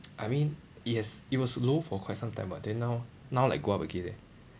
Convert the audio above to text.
I mean it has it was low for quite some time [what] then now now like go up again eh